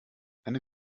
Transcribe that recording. eine